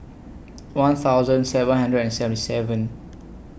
one thousand seven hundred and seventy seven